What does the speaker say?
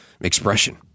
expression